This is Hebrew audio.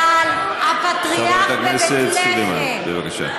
מספיק, חברת הכנסת סלימאן, בבקשה.